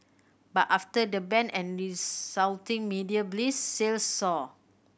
but after the ban and resulting media blitz sales soared